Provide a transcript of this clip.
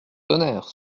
tonnerre